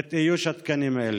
את איוש התקנים האלה.